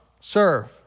serve